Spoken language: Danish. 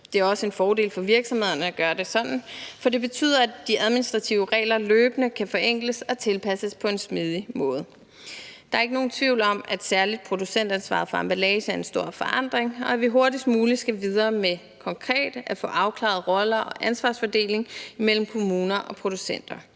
Det er også en fordel for virksomhederne at gøre det sådan, for det betyder, at de administrative regler løbende kan forenkles og tilpasses på en smidig måde. Der er ikke nogen tvivl om, at særlig producentansvaret for emballage er en stor forandring, og at vi hurtigst muligt skal videre med konkret at få afklaret roller og ansvarsfordeling mellem kommuner og producenter,